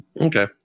Okay